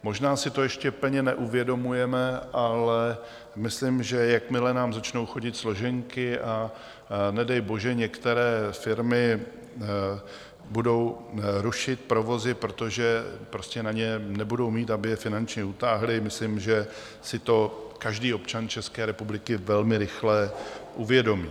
Možná si to ještě plně neuvědomujeme, ale myslím, že jakmile nám začnou chodit složenky, a nedej bože některé firmy budou rušit provozy, protože prostě na ně nebudou mít, aby je finančně utáhly, myslím, že si to každý občan České republiky velmi rychle uvědomí.